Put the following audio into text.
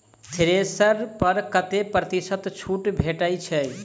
Thresher पर कतै प्रतिशत छूट भेटय छै?